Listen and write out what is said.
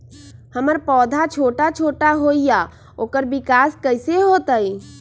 हमर पौधा छोटा छोटा होईया ओकर विकास कईसे होतई?